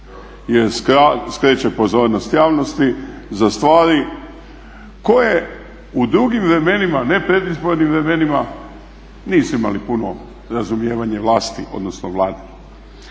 jer skreće pozornost javnosti za stvari koje u drugim vremenima, ne predizbornim vremenima nisu imali puno razumijevanje vlasti, odnosno Vlade.